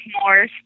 more